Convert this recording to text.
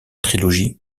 trilogie